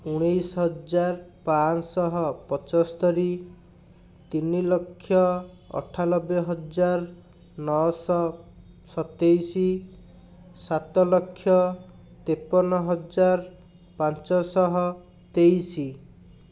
ଉଣେଇଶ ହଜାର ପାଞ୍ଚଶହ ପଞ୍ଚସ୍ତରୀ ତିନିଲକ୍ଷ ଅଠାନବେ ହଜାର ନଅଶହ ସତେଇଶି ସାତଲକ୍ଷ ତେପନ ହଜାର ପାଞ୍ଚଶହ ତେଇଶି